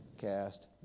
cast